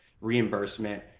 reimbursement